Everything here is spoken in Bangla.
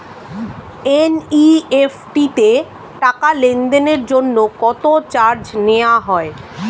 এন.ই.এফ.টি তে টাকা লেনদেনের জন্য কত চার্জ নেয়া হয়?